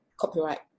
copyright